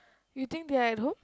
you think they are at home